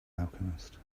alchemist